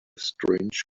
strange